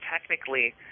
technically